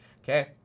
Okay